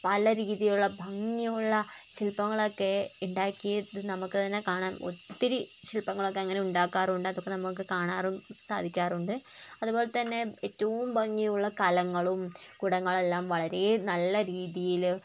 പല രീതിയുള്ള ഭംഗിയുള്ള ശില്പങ്ങളൊക്കെ ഉണ്ടാക്കിയിട്ട് നമുക്കതിനെ കാണാൻ ഒത്തിരി ശില്പങ്ങളൊക്കെ അങ്ങനെ ഉണ്ടാക്കാറുണ്ട് അതൊക്കെ നമുക്ക് കാണാറും സാധിക്കാറുണ്ട് അതുപോലെത്തന്നെ ഏറ്റവും ഭംഗിയുള്ള കലങ്ങളും കുടങ്ങളെല്ലാം വളരെ നല്ല രീതിയിൽ